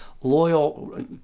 loyal